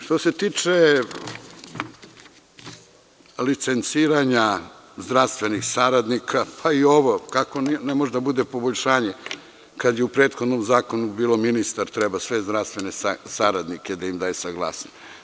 Što se tiče licenciranja zdravstvenih saradnika, kako ne može da bude poboljšanje kada je u prethodnom zakonu bilo da ministar treba svim zdravstvenim saradnicima da daje saglasnost.